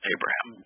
Abraham